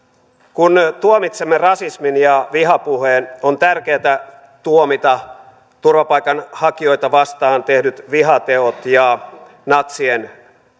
kun tuomitsemme rasismin ja vihapuheen on tärkeätä tuomita turvapaikanhakijoita vastaan tehdyt vihateot ja natsien